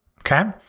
okay